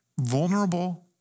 vulnerable